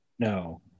No